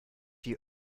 you